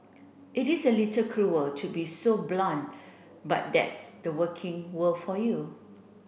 it is a little cruel to be so blunt but that's the working world for you